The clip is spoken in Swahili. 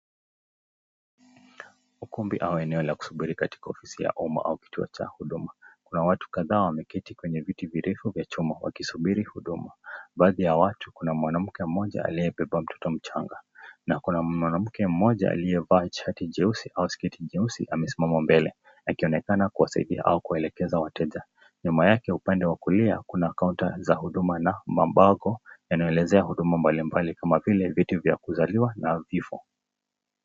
Ukumbi au eneo la kusubiri katika ofisi ya umma au kituo cha huduma. Kuna watu kadhaa wameketi kwenye viti virefu vya chuma, wakisubiri huduma. Baadhi ya watu, kuna mwanamke mmoja aliyebeba mtoto mchanga na kuna mwanamke mmoja aliyevaa shati jeusi au sketi jeusi amesimama mbele, akionekana kuwasaidia au kuwaelekeza wateja. Nyuma yake upande wa kulia, kuna kaunta za huduma na mabango yanayoelezea huduma mbalimbali kama vile, vyeti vya kuzaliwa na vifo.